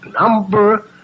number